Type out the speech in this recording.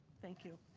thank you.